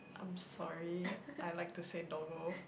I'm sorry I like to say doggo